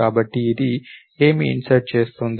కాబట్టి ఇది ఏమి ఇన్సర్ట్ చేస్తోంది